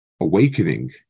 awakening